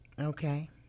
Okay